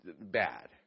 bad